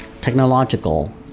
technological